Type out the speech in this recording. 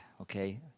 okay